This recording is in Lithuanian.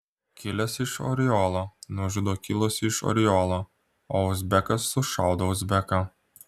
kilęs iš oriolo nužudo kilusį iš oriolo o uzbekas sušaudo uzbeką